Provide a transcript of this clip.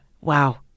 Wow